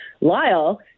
Lyle